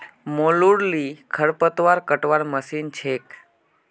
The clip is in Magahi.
मोलूर ली खरपतवार कटवार मशीन छेक